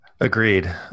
Agreed